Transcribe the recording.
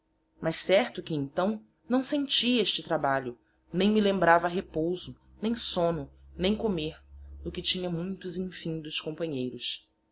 mas certo que entaõ naõ senti este trabalho nem me lembrava repouso nem sono nem comer no que tinha muitos infindos companheiros